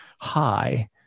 high